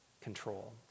control